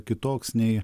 kitoks nei